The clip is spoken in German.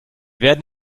werden